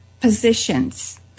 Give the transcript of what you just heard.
positions